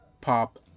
pop